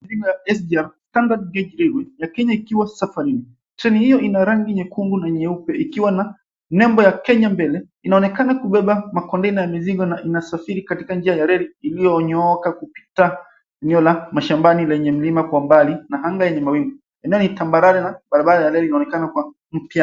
SGR, Standard Gauge Railway ya Kenya ikiwa safarini. Treni hiyo ina rangi nyekundu na nyeupe ikiwa na nembo ya Kenya mbele inaonekana kubeba makontena ya mizinga na inasafiri katika njia ya reli iliyonyooka kupita eneo la mashambani lenye mlima kwa mbali na anga yenye mawingu. Eneo ni tambarare na barabara ya reli inaonekana kwa mfululizo.